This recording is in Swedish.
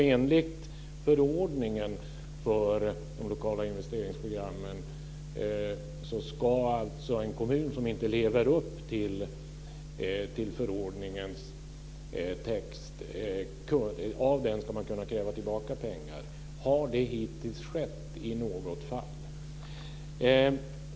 Enligt förordningen för de lokala investeringsprogrammen ska en kommun som inte lever upp till förordningens text avkrävas att betala tillbaka pengar. Har det hittills skett i något fall?